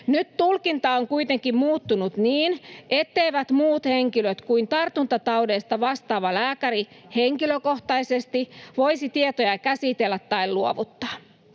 Nyt tulkinta on kuitenkin muuttunut niin, etteivät muut henkilöt kuin tartuntataudeista vastaava lääkäri henkilökohtaisesti voisi tietoja käsitellä tai luovuttaa.